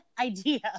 idea